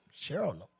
Cheryl